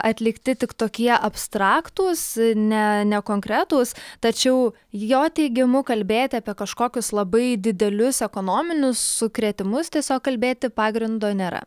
atlikti tik tokie abstraktūs ne nekonkretūs tačiau jo teigimu kalbėti apie kažkokius labai didelius ekonominius sukrėtimus tiesiog kalbėti pagrindo nėra